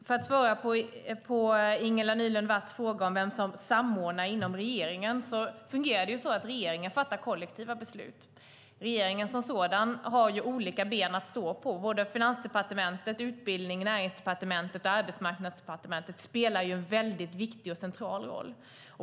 För att svara på Ingela Nylund Watz fråga om vem som samordnar inom regeringen fungerar det så att regeringen fattar kollektiva beslut. Regeringen som sådan har olika ben att stå på; Finansdepartementet, Utbildningsdepartementet, Näringsdepartementet och Arbetsmarknadsdepartementet spelar alla en viktig och central roll.